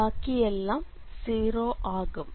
ബാക്കിയെല്ലാം 0 ആകും